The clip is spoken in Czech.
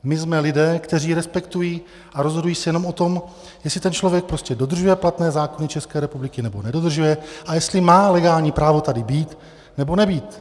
My jsme lidé, kteří respektují a rozhodují se jenom o tom, jestli ten člověk prostě dodržuje platné zákony České republiky, nebo nedodržuje a jestli má legální právo tady být, nebo nebýt.